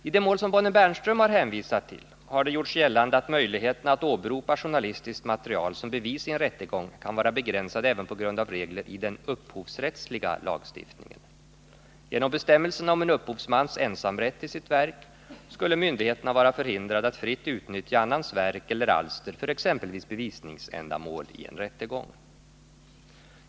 I det mål som Bonnie Bernström har hänvisat till har det gjorts gällande att möjligheterna att åberopa journalistiskt material som bevis i en rättegång kan vara begränsade även på grund av regler i den upphovsrättsliga lagstiftningen. Genom bestämmelserna om en upphovsmans ensamrätt till sitt verk skulle myndigheterna vara förhindrade att fritt utnyttja annans verk eller alster för exempelvis bevisningsändamål i en rättegång.